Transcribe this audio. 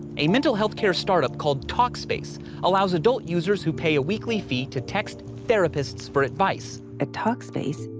a mental health care startup called talkspace allows adult users who pay a weekly fee to text therapists for advice. at talkspace.